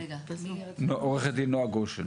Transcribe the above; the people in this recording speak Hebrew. בוקר טוב קודם כל.